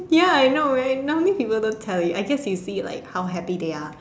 ya I know right nowadays people don't tell you I guess you see like how happy they are